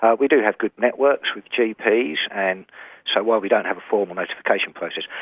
ah we do have good networks with gps and so, while we don't have a formal notification process,